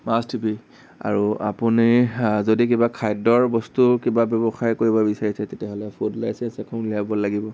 must be আৰু আপুনি যদি কিবা খাদ্যৰ বস্তুৰ কিবা ব্যৱসায় কৰিব বিচাৰিছে তেতিয়াহ'লে ফুড লাইচেঞ্চ এখন উলিয়াব লাগিব